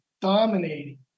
dominating